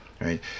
Right